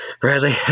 Bradley